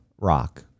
rock